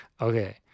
okay